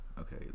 Okay